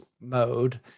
mode